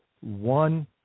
one